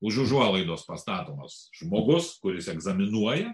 už užuolaidos pastatomas žmogus kuris egzaminuoja